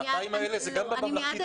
זה גם בממלכתי דתי?